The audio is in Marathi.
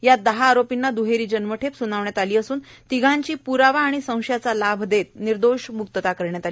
यात दहा आरोपींना दुहेरी जन्मठेप सुनावण्यात आली तर तिघांची प्रावा आणि संशयाचा लाभ देत निर्दोष म्क्तता करण्यात आली